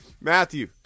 Matthew